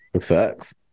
Facts